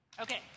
Okay